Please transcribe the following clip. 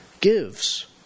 gives